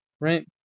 right